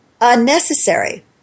unnecessary